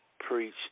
preach